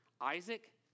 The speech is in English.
Isaac